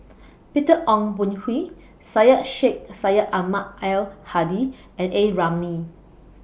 Peter Ong Boon Kwee Syed Sheikh Syed Ahmad Al Hadi and A Ramli